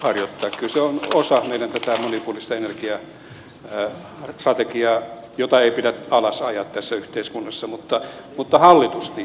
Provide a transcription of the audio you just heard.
kyllä se on osa tätä meidän monipuolista ener giastrategiaamme jota ei pidä alas ajaa tässä yhteiskunnassa mutta hallitusti